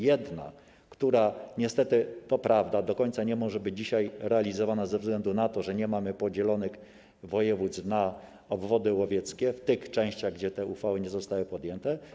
Jedna, która - niestety to prawda - do końca nie może być dzisiaj realizowana ze względu na to, że nie mamy podzielonych województw na obwody łowieckie w tych częściach, gdzie uchwały nie zostały podjęte.